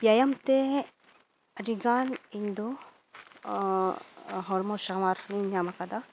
ᱵᱮᱭᱟᱢᱛᱮ ᱟᱹᱰᱤᱜᱟᱱ ᱤᱧᱫᱚ ᱦᱚᱲᱢᱚ ᱥᱟᱶᱟᱨᱤᱧ ᱧᱟᱢ ᱟᱠᱟᱫᱟ